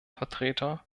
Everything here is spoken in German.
vertreter